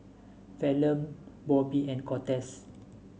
Falon Bobby and Cortez